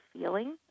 feeling